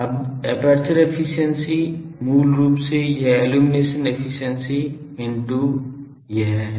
अब aperture efficiency मूल रूप से यह इल्लुमिनेशन एफिशिएंसी into यह है